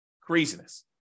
Craziness